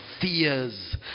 fears